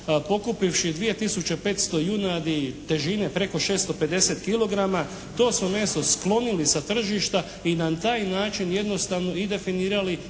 tisuće 500 junadi težine preko 650 kilograma. To smo mesu sklonili sa tržišta i na taj način jednostavno i definirali